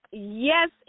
Yes